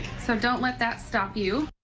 so don't let that stop you.